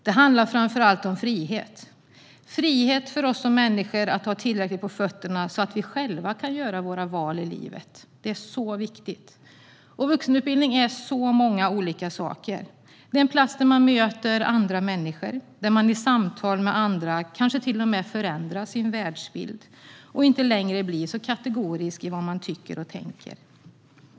Det handlar framför allt om frihet - frihet för oss som människor att ha tillräckligt på fötter för att själva kunna göra våra val i livet. Det är så viktigt. Vuxenutbildning är så många olika saker. Det är en plats där man möter andra människor, där man i samtal med andra kanske till och med förändrar sin världsbild och inte längre blir så kategorisk i sitt tyckande och tänkande.